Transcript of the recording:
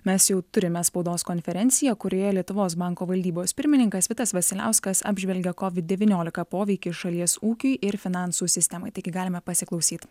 mes jau turime spaudos konferenciją kurioje lietuvos banko valdybos pirmininkas vitas vasiliauskas apžvelgia kovid devyniolika poveikį šalies ūkiui ir finansų sistemai taigi galime pasiklausyt